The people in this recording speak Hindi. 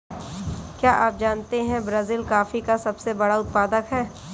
क्या आप जानते है ब्राज़ील कॉफ़ी का सबसे बड़ा उत्पादक है